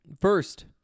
First